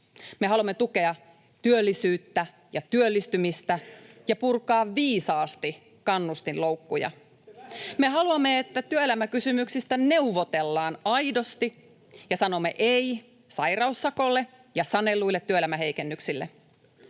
Me haluamme tukea työllisyyttä ja työllistymistä ja purkaa viisaasti kannustinloukkuja. Me haluamme, että työelämäkysymyksistä neuvotellaan aidosti, ja sanomme ”ei” sairaussakolle ja sanelluille työelämäheikennyksille.